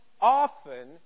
often